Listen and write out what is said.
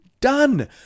Done